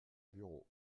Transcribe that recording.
bureau